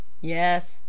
Yes